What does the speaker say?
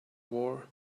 war